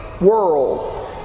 world